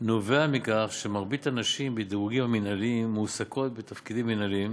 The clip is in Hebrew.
נובע מכך שמרבית הנשים בדירוגים המינהליים מועסקות בתפקידים מינהליים